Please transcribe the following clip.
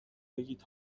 بگید